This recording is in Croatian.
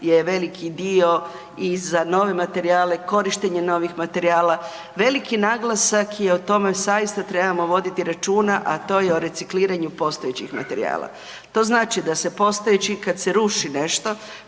je veliki dio i za nove materijale, korištenje novih materijala, veliki naglasak je u tome, zaista trebamo voditi računa, a to o recikliranju postojećih materijala. To znači da se postojeći, kad se ruši nešto,